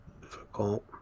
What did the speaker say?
difficult